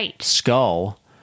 skull